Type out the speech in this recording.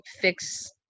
fix